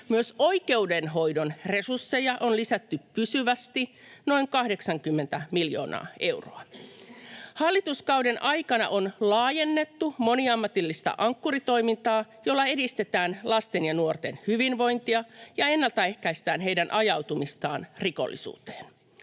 Myös oikeudenhoidon resursseja on lisätty pysyvästi noin 80 miljoonaa euroa. Hallituskauden aikana on laajennettu moniammatillista Ankkuri-toimintaa, jolla edistetään lasten ja nuorten hyvinvointia ja ennalta ehkäistään heidän ajautumistaan rikollisuuteen.